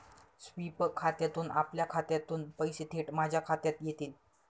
sweep खात्यातून आपल्या खात्यातून पैसे थेट माझ्या खात्यात येतील